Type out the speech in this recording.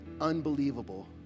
unbelievable